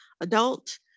adult